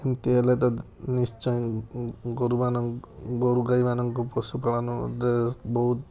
ଏମିତି ହେଲେ ତ ନିଶ୍ଚୟ ଗୋରୁ ମାନଙ୍କ ଗୋରୁ ଗାଈ ମାନଙ୍କ ପଶୁପାଳନରେ ବହୁତ